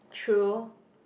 true